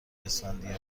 اسفندیار